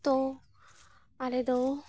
ᱛᱚ ᱟᱞᱮᱫᱚ